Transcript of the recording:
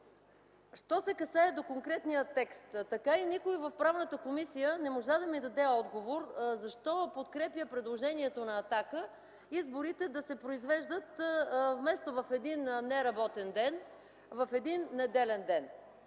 Що се касае до конкретния текст. Никой в Правната комисия не можа да ми даде отговор защо подкрепя предложението на „Атака” изборите да се произвеждат вместо в един неработен ден, в един неделен ден,